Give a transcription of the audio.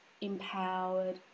empowered